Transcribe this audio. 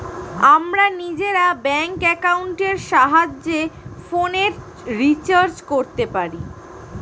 আমরা নিজেরা ব্যাঙ্ক অ্যাকাউন্টের সাহায্যে ফোনের রিচার্জ করতে পারি